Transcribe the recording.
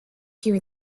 here